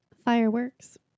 fireworks